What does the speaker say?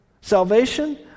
Salvation